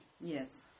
Yes